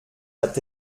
hat